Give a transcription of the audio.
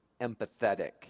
empathetic